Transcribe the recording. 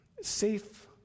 safe